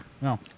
no